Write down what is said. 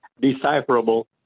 decipherable